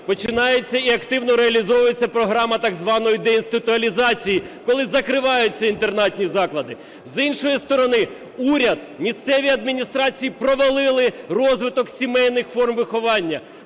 починається і активно реалізовується програма так званої деінституалізації, коли закриваються інтернатні заклади, з іншої сторони, уряд, місцеві адміністрації провалили розвиток сімейних форм виховання,